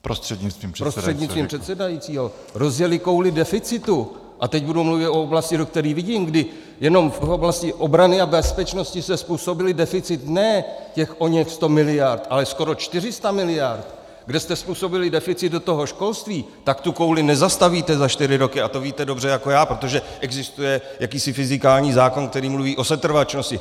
prostřednictvím předsedajícího kouli deficitu, a teď budu mluvit o oblasti, do které vidím, kdy jenom v oblasti obrany a bezpečnosti jste způsobili deficit ne oněch 100 mld., ale skoro 400 mld., kde jste způsobili deficit do toho školství, tak tuto kouli nezastavíte za čtyři roky, a to víte dobře jako já, protože existuje jakýsi fyzikální zákon, který mluví o setrvačnosti.